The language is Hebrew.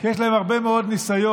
שיש להם הרבה מאוד ניסיון,